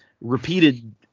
repeated